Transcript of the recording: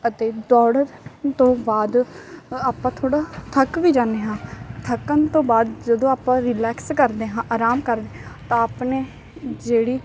ਅਤੇ ਦੌੜ ਤੋਂ ਬਾਅਦ ਆਪਾਂ ਥੋੜ੍ਹਾ ਥੱਕ ਵੀ ਜਾਂਦੇ ਹਾਂ ਥੱਕਣ ਤੋਂ ਬਾਅਦ ਜਦੋਂ ਆਪਾਂ ਰਿਲੈਕਸ ਕਰਦੇ ਹਾਂ ਆਰਾਮ ਕਰਦੇ ਹਾਂ ਤਾਂ ਆਪਣੇ ਜਿਹੜੀ